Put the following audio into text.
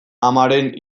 amaren